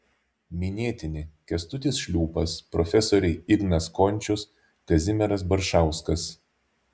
minėtini kęstutis šliūpas profesoriai ignas končius kazimieras baršauskas